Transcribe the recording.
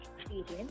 experience